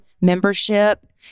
membership